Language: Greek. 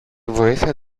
βοήθεια